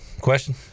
question